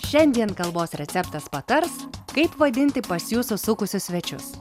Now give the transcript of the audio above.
šiandien kalbos receptas patars kaip vadinti pas jus užsukusius svečius